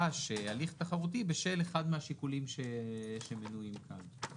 נדרש הליך תחרותי בשל אחד מהשיקולים שמנויים כאן.